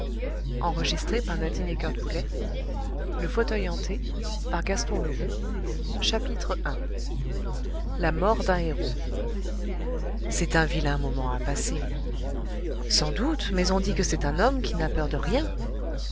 de gaspard lalouette i la mort d'un héros c'est un vilain moment à passer sans doute mais on dit que c'est un homme qui n'a peur de rien